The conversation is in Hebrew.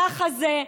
ככה זה,